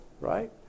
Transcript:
right